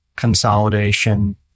consolidation